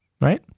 right